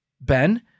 Ben